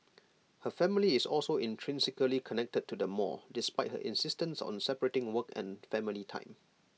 her family is also intrinsically connected to the mall despite her insistence on separating work and family time